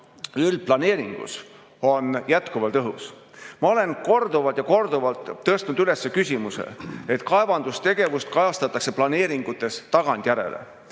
üldplaneeringus, on jätkuvalt õhus. Ma olen korduvalt ja korduvalt tõstnud üles küsimuse, et kaevandustegevust kajastatakse planeeringutes tagantjärele.